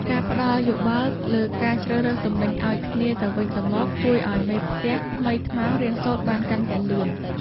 ការផ្ដល់យោបល់លើការជ្រើសរើសទំនិញឱ្យគ្នាទៅវិញទៅមកជួយឱ្យមេផ្ទះថ្មីថ្មោងរៀនសូត្របានកាន់តែលឿន។